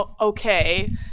okay